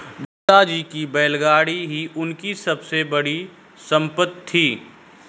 दादाजी की बैलगाड़ी ही उनकी सबसे बड़ी संपत्ति थी